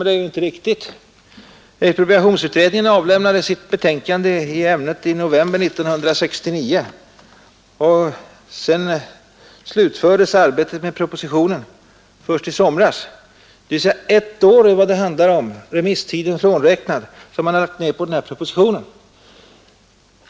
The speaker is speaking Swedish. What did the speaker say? Det är inte riktigt. Expropriationsutredningen avlämnade sitt betänkande i ämnet i november 1969, och arbetet med propositionen avslutades först i somras. Ett år, remisstiden frånräknad, har man lagt ned på denna proposition.